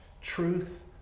truth